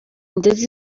ndetse